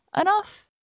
enough